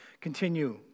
continue